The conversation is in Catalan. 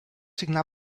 signar